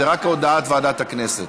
זאת רק הודעת ועדת הכנסת.